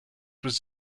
was